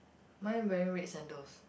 mine wearing red sandals